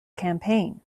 campaign